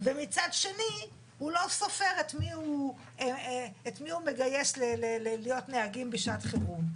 ומצד שני הוא לא סופר את מי הוא מגייס להיות נהגים בשעת חירום.